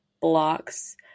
blocks